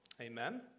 Amen